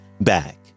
back